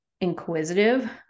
inquisitive